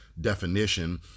Definition